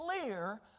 clear